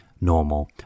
normal